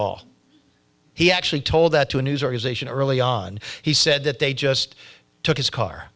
all he actually told that to a news organization early on he said that they just took his car